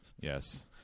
Yes